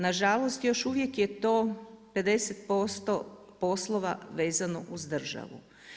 Nažalost, još uvijek je to 50% poslova vezano uz državu.